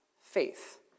faith